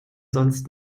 sonst